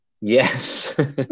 Yes